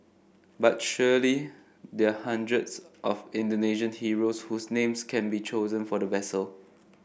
but surely there are hundreds of Indonesian heroes whose names can be chosen for the vessel